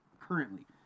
currently